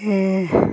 ऐं